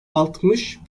altmış